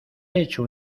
hecho